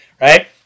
right